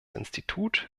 institut